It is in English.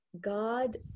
God